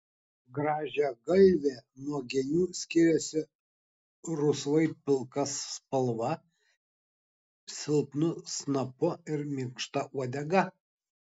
grąžiagalvė nuo genių skiriasi rusvai pilka spalva silpnu snapu ir minkšta uodega